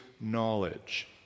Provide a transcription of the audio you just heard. knowledge